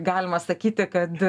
galima sakyti kad